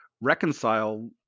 reconcile